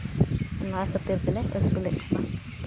ᱚᱱᱟ ᱠᱷᱟᱹᱛᱤᱨ ᱛᱮᱞᱮ ᱟᱹᱥᱩᱞᱮᱫ ᱠᱚᱣᱟ